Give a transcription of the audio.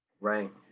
Right